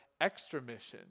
extramission